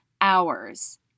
hours